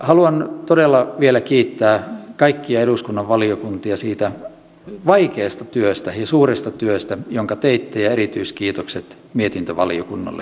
haluan todella vielä kiittää kaikkia eduskunnan valiokuntia siitä vaikeasta työstä ja suuresta työstä jonka teitte ja erityiskiitokset mietintövaliokunnalle